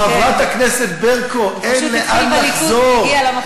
חברת הכנסת ברקו, אין לאן לחזור.